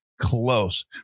close